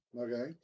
Okay